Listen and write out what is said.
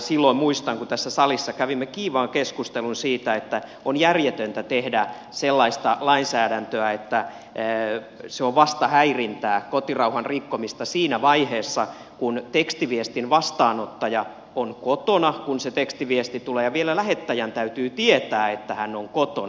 silloin muistan että tässä salissa kävimme kiivaan keskustelun siitä että on järjetöntä tehdä sellaista lainsäädäntöä että se on häirintää kotirauhan rikkomista vasta siinä vaiheessa kun tekstiviestin vastaanottaja on kotona kun se tekstiviesti tulee ja vielä lähettäjän täytyy tietää että hän on kotona